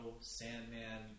Sandman